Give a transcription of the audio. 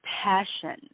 passion